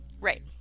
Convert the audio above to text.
Right